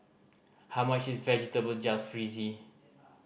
how much is Vegetable Jalfrezi